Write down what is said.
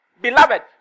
Beloved